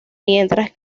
mientras